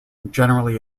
generally